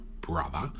brother